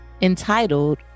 entitled